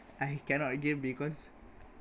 I cannot game because